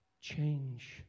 Change